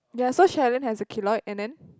yeah so Sharon has a keloid and then